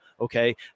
okay